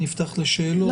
להתייחס,